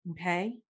Okay